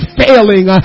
failing